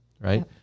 right